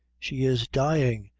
she is dyin',